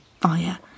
fire